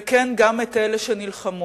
וכן, גם את אלה שנלחמו